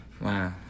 Wow